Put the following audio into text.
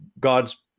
God's